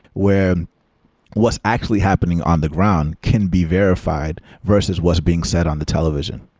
where what's actually happening on the ground can be verified versus what's being said on the television,